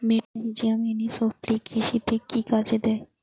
মেটাহিজিয়াম এনিসোপ্লি কৃষিতে কি কাজে দেয়?